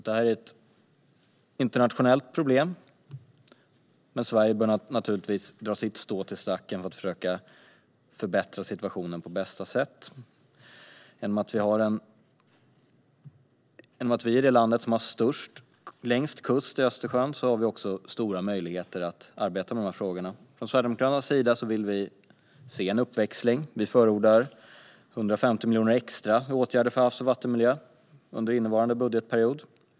Detta är ett internationellt problem, men Sverige bör naturligtvis dra sitt strå till stacken för att försöka förbättra situationen på bästa sätt. I och med att Sverige är det land som har längst kust mot Östersjön har vi också stora möjligheter att arbeta med frågorna. Sverigedemokraterna vill se en uppväxling. Vi förordar 150 miljoner kronor extra till åtgärder för havs och vattenmiljö under innevarande budgetperiod.